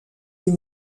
les